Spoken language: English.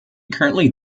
currently